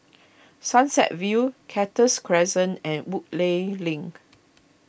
Sunset View Cactus Crescent and Woodleigh Link